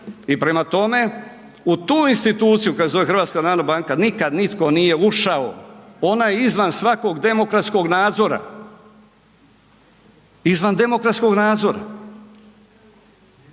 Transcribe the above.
I prema tome, u tu instituciju koja se zove HNB nikada nitko nije ušao. Ona je izvan svakog demokratskog nadzora. Izvan demokratskog nadzora.